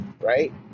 right